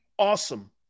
awesome